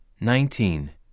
nineteen